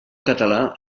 català